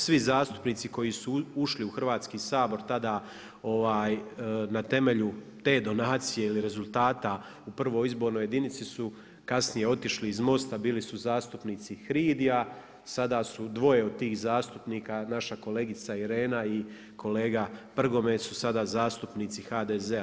Svi zastupnici koji su ušli u Hrvatski sabor tada na temelju te donacije ili rezultata u prvoj izbornoj jedinici su kasnije otišli iz MOST-a, bili su zastupnici HRID-i a sada su dvoje od tih zastupnika naša kolegica Irena i kolega Prgomet su sada zastupnici HDZ-a.